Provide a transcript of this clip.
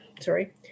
Sorry